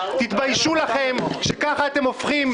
תתביישו לכם שכך אתם הופכים,